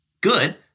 good